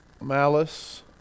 malice